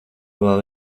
vēl